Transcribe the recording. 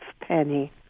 penny